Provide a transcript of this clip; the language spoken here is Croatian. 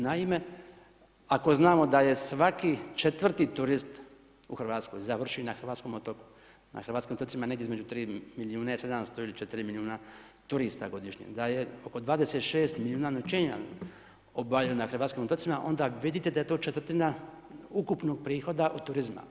Naime, ako znamo da je svaki 4 turist u Hrvatskoj, završi na hrvatskom otoku, na hrvatskim otocima negdje između 3 milijuna i 700 ili 4 milijuna turista godišnje, da je oko 26 milijuna … na hrvatskim otocima, onda vidite da je to četvrtina ukupnog prihoda od turizma.